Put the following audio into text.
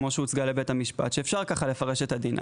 כמו שהוצגה לבית המשפט שאפשר לפרש כך את הדין.